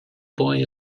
boy